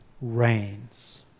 reigns